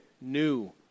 new